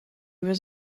was